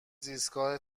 زیستگاه